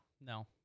no